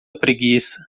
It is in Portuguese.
preguiça